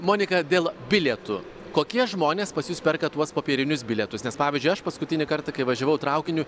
monika dėl bilietų kokie žmonės pas jus perka tuos popierinius bilietus nes pavyzdžiui aš paskutinį kartą kai važiavau traukiniu